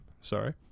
Sorry